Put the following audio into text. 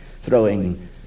throwing